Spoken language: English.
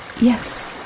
Yes